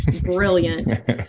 brilliant